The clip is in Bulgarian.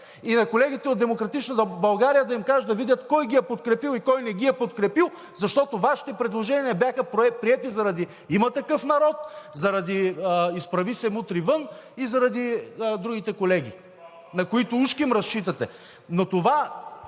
И на колегите от „Демократична България“ да им кажа да видят кой ги е подкрепил и кой не ги е подкрепил, защото Вашите предложения бяха приети заради „Има такъв народ“, заради „Изправи се! Мутри вън!“ и заради другите колеги, на които ужким разчитате.